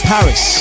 Paris